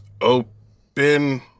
open